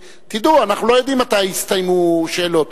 תדעו, אנחנו לא יודעים מתי יסתיימו השאלות.